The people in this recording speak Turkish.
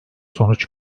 sonuç